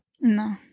No